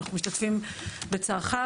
אנחנו משתתפים בצערך,